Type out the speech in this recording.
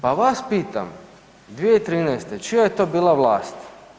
Pa vas pitam, 2013., čija je to bila vlast?